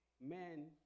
men